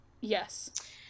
Yes